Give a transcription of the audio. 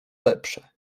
lepsze